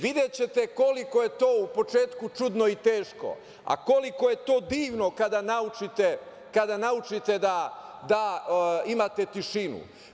Videćete koliko je to u početku čudno i teško, a koliko je to divno kada naučite da imate tišinu.